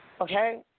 Okay